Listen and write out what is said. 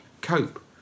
cope